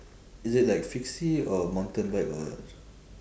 is it like fixie or mountain bike or what